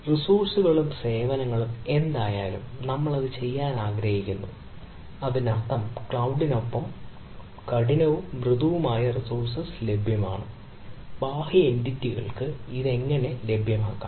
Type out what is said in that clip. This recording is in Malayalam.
റിസോഴ്സ്കളും സേവനങ്ങളും എന്തായാലും നമ്മൾ അത് ചെയ്യാൻ ആഗ്രഹിക്കുന്നു അതിനർത്ഥം ക്ലൌഡിനൊപ്പം കഠിനവും മൃദുവായതുമായ റിസോഴ്സ് ലഭ്യമാണ് ബാഹ്യ എന്റിറ്റികൾക്ക് ഇത് എങ്ങനെ ലഭ്യമാക്കാം